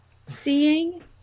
seeing